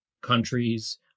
countries